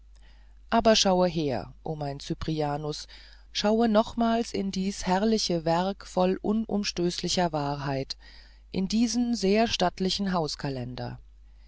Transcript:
aber schaue her o mein cyprianus schaue nochmals in dies herrliche werk voll unumstößlicher wahrheit in diesen sehr stattlichen